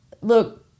Look